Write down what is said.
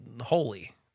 holy